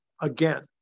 again